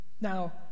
Now